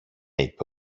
είπε